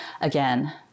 again